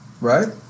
right